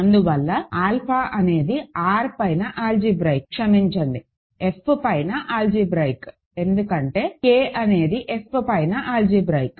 అందువల్ల ఆల్ఫా అనేది R పైన ఆల్జీబ్రాయిక్ క్షమించండి F పైన ఆల్జీబ్రాయిక్ ఎందుకంటే K అనేది F పైన ఆల్జీబ్రాయిక్